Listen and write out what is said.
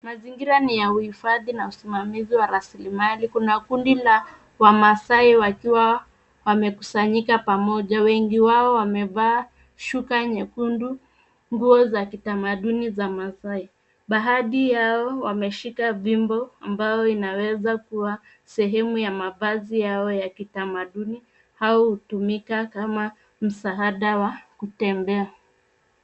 Mazingira ni ya uhifadhi na usimamizi wa rasilimali. Kuna kundi la Wamaasai wakiwa wamekusanyika pamoja. Wengi wao wamevaa shuka nyekundu, nguo za kitamaduni za Maasai. Baadhi yao wameshika fimbo ambao inaweza kuwa sehemu ya mavazi yao ya kitamaduni au hutumika kama msaada wa kutembea.